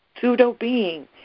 pseudo-being